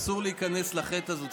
אסור להיכנס לחי"ת הזו,